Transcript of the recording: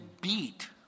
beat